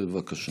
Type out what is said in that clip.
בבקשה.